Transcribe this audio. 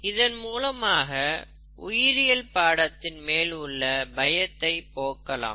இதன் மூலமாக உயிரியல் பாடத்தின் மேல் உள்ள பயத்தை போக்கலாம்